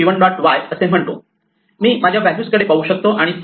y असे म्हणतो मी माझ्या व्हॅल्यूजकडे पाहू शकतो आणि सेल्फ